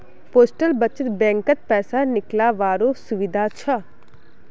postal बचत बैंकत पैसा निकालावारो सुविधा हछ